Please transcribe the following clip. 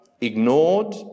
ignored